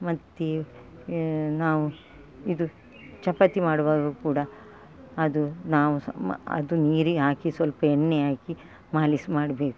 ಮತ್ತೆ ನಾವು ಇದು ಚಪಾತಿ ಮಾಡುವಾಗ ಕೂಡ ಅದು ನಾವು ಸಹ ಮ ಅದು ನೀರು ಹಾಕಿ ಸ್ವಲ್ಪ ಎಣ್ಣೆ ಹಾಕಿ ಮಾಲಿಶ್ ಮಾಡಬೇಕು